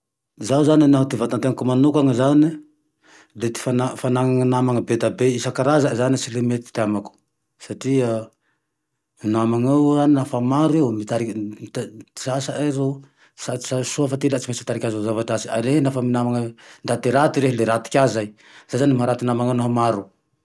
Zaho zane naty vatatenako manokane zane e, de ty fana-fananane namana be da be isakarazany zane tsy le mety ty amako, satria namaneo nafa maro io mitariky ty sasae ro sady sarotse oa fa ty ilày tsy maintsy mitarike amy zava-dratsy, ary iha lafa minamane ndaty rate le ratse ka zay, zay zane maharaty namanao naho maro